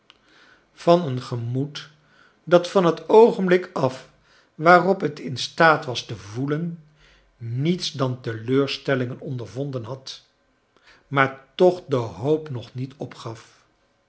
van een gemoed dat van het oogenblik af waarop het in staat was te voelen niets dan teleurstellingen ondervonden had maar toch de hoop nog niet opgaf